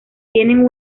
tienen